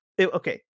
okay